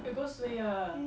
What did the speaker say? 你够 suay 的